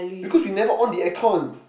because we never on the aircon